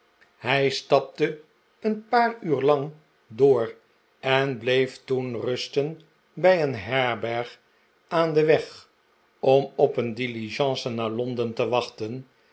hij staple een paar uur lang door en bleef toen rusten bij een herberg aan den weg om op een diligence naar londen te wachten